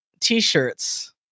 t-shirts